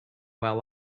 well